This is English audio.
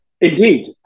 Indeed